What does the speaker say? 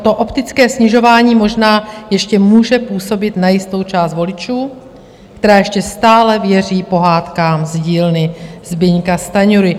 To optické snižování možná ještě může působit na jistou část voličů, která ještě stále věří pohádkám z dílny Zbyňka Stanjury.